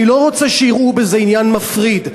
אני לא רוצה שיראו בזה עניין מפריד,